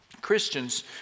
Christians